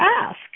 ask